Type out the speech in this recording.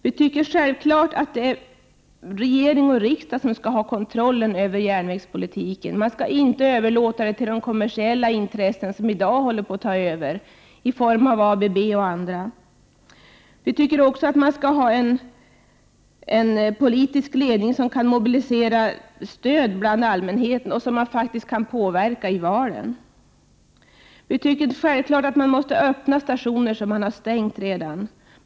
Vi tycker det är självklart att det är regering och riksdag som skall ha kontrollen över järnvägspolitiken; man skall inte överlåta den till de kommersiella intressen som i dag håller på att ta över i form av ABB och andra. Vi tycker också att man skall ha en politisk ledning som kan mobilisera stöd bland allmänheten och som man kan påverka i valen. Vi tycker att det är självklart att man skall öppna stationer som man har stängt.